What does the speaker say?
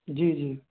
जी जी